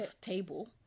table